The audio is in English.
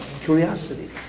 curiosity